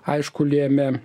aišku lėmė